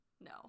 No